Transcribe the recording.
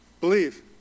Believe